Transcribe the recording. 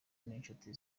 n’inshuti